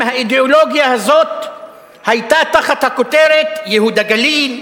האידיאולוגיה הזאת היתה תחת הכותרת "ייהוד הגליל",